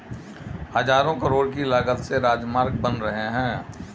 हज़ारों करोड़ की लागत से राजमार्ग बन रहे हैं